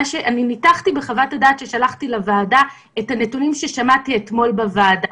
אני ניתחתי בחוות הדעת ששלחתי לוועדה את הנתונים ששמעתי אתמול בוועדה.